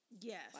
Yes